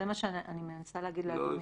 זה מה שאני מנסה להגיד לאדוני.